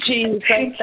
Jesus